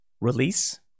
Release